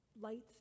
lights